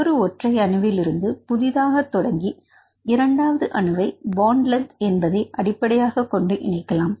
ஒரு ஒற்றை அணுவிலிருந்து புதிதாகத் தொடங்கி இரண்டாவது அணுவை பான்ட் லென்த் என்பதை அடிப்படையாகக் கொண்டு இணைக்கலாம்